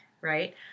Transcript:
right